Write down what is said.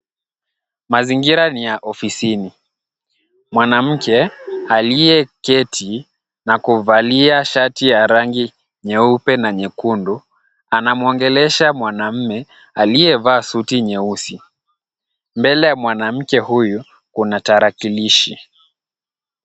Mazingira ni ya ofisini. Mwanamke aliyeketi na kuvalia shati ya rangi nyeupe na nyekundu, anamwongelesha mwanamume aliyevaa suti nyeusi. Mbele ya mwanamke huyu kuna tarakilishi.